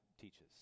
teaches